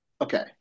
Okay